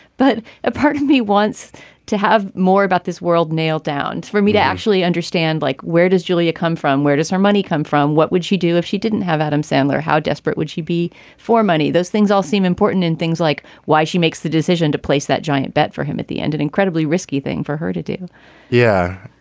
but a part of me wants to have more about this world nailed down for me to actually understand. like, where does julia come from? where does her money come from? what would she do if she didn't have adam sandler? how desperate would she be for money? those things all seem important and things like why she makes the decision to place that giant bet for him at the end. an incredibly risky thing for her to do yeah,